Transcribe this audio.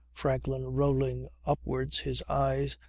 franklin rolling upwards his eyes,